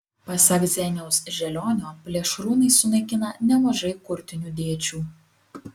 pasak zeniaus želionio plėšrūnai sunaikina nemažai kurtinių dėčių